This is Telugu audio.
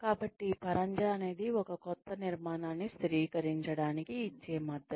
కాబట్టి పరంజా అనేది ఒక కొత్త నిర్మాణాన్ని స్థిరీకరించడానికి ఇచ్చే మద్దతు